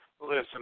listen